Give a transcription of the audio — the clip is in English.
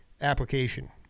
application